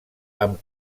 amb